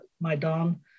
Maidan